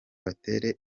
batera